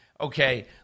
Okay